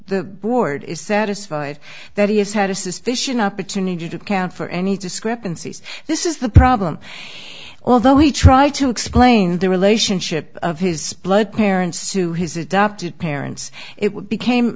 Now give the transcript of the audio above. the board is satisfied that he has had a suspicion opportunity to account for any discrepancies this is the problem although he tried to explain the relationship of his blood parents to his adoptive parents it